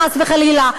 חס וחלילה,